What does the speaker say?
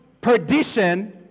perdition